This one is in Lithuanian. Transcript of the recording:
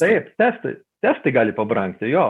taip testai testai gali pabrangti jo